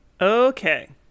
Okay